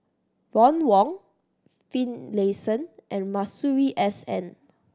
Ron Wong Finlayson and Masuri S N